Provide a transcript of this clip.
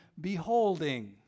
beholding